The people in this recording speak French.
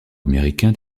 américain